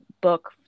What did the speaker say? book